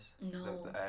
No